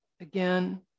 again